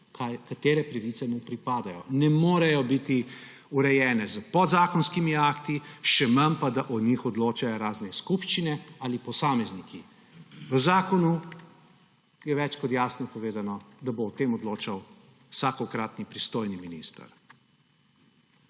katere pravice mu pripadajo. Ne morejo biti urejene s podzakonskimi akti, še manj pa, da o njih odločajo razne skupščine ali posamezniki. V zakonu je več kot jasno povedano, da bo o tem odločal vsakokratni pristojni minister.